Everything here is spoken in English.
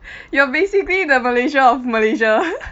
you are basically the Malaysia of Malaysia